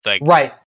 Right